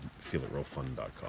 feelitrealfun.com